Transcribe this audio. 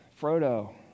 Frodo